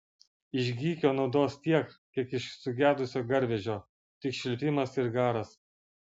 iš gykio naudos tiek kiek iš sugedusio garvežio tik švilpimas ir garas